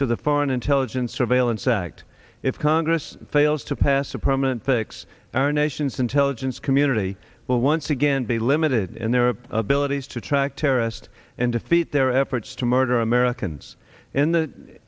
to the foreign intelligence surveillance act if congress fails to pass a permanent fix our nation's intelligence community will once again be limited in their abilities to track terrorists and defeat their efforts to murder americans in th